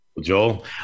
Joel